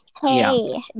Hey